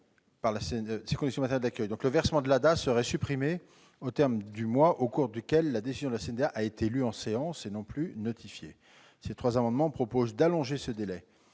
le versement de l'ADA serait supprimé au terme du mois au cours duquel la décision de la CNDA a été lue en séance et non plus notifiée. Ces trois amendements visent à allonger ce délai,